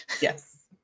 yes